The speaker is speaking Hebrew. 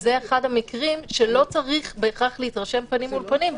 שזה אחד המקרים שלא צריך בהכרח להתרשם פנים אל פנים,